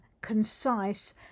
concise